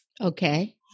Okay